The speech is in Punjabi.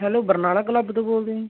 ਹੈਲੋ ਬਰਨਾਲਾ ਕਲੱਬ ਤੋਂ ਬੋਲਦੇ ਹੋ ਜੀ